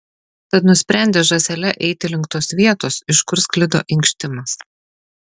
tad nusprendė žąsele eiti link tos vietos iš kur sklido inkštimas